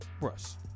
Russ